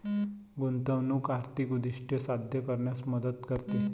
गुंतवणूक आर्थिक उद्दिष्टे साध्य करण्यात मदत करते